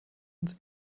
uns